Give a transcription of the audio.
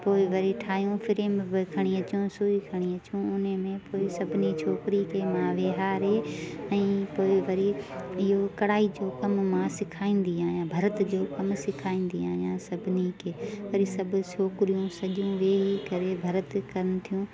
पोइ वरी ठाहियूं फ्रेम बि खणी अचूं सुई बि खणी अचूं उन्हीअ में पोइ सभिनी छोकरीअ खे वेहारे ऐं पोइ वरी इहो कढ़ाई जो कमु मां सेखारींदी आहियां सभिनी खे वरी पोइ सभु छोकरियूं सॼो वेही करे भर्त कनि थियूं